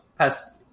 past